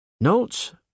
Notes